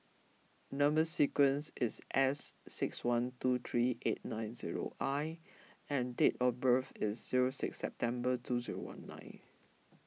Number Sequence is S six one two three eight nine zero I and date of birth is zero six September two zero one nine